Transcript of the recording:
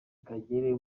kagere